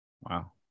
Wow